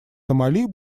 сомали